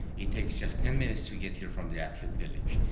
it takes just ten minutes to get here from the athlete village,